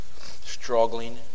struggling